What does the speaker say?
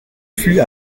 fut